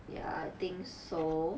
ya I think so